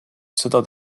seda